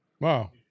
Wow